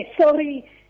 Sorry